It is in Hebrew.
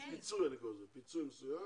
פיצוי אני קורא לזה, פיצוי מסוים,